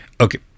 Okay